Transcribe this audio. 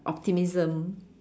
optimism